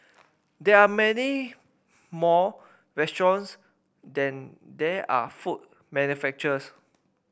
there are many more restaurants than there are food manufacturers